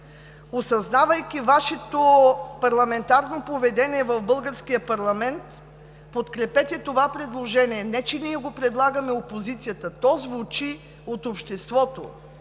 осъзнавайки Вашето парламентарно поведение в българския парламент, подкрепете това предложение. Не че ние го предлагаме, опозицията, то звучи от обществото,